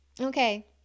okay